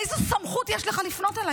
איזו סמכות יש לך לפנות אליי?